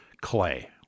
clay